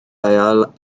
ail